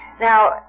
Now